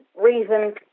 reason